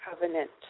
covenant